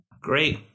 Great